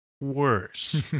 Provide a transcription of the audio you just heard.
worse